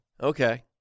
Okay